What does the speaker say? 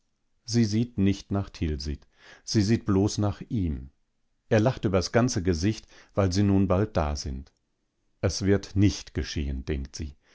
sie sieht nicht nach tilsit sie sieht bloß nach ihm er lacht übers ganze gesicht weil sie nun bald da sind es wird nicht geschehen denkt sie